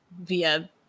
via